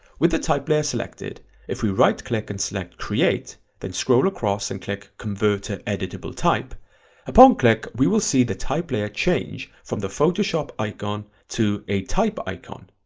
with the type layer selected if we right-click and select create, then scroll across and click convert, an editable type upon click we will see the type layer change from the photoshop icon to a type icon.